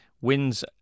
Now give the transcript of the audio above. wins